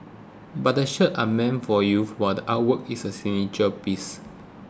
but the shirts are meant for youth while the artwork is a signature piece